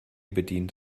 bedient